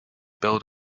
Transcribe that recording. build